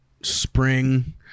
spring